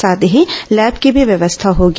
साथ ही लैब की भी व्यवस्था होगी